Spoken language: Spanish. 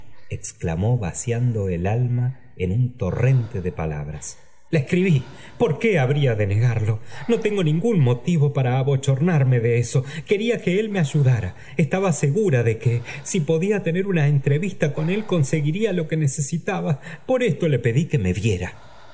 exclamó vaciando el alma en un torrente de palabras la escribí por qué habría de negarlo no tengo ningún motivo para abochornarme de eso quería que él me ayudara retaba segura de que si podía tener una entrevista con él conseguiría lo que necesitaba por esto le pedí que me viera